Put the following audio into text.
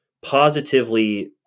positively